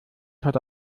heute